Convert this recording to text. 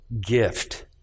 gift